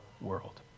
world